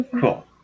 cool